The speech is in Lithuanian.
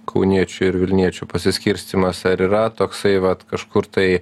kauniečių ir vilniečių pasiskirstymas ar yra toksai vat kažkur tai